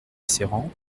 serrant